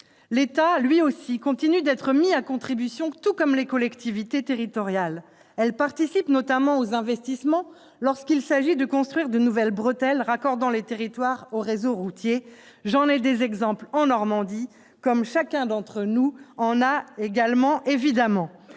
L'État lui aussi continue d'être mis à contribution, tout comme les collectivités territoriales. Ces dernières participent notamment aux investissements lorsqu'il s'agit de construire de nouvelles bretelles raccordant les territoires au réseau autoroutier. J'en connais des exemples en Normandie, mais chacun d'entre nous pourrait en citer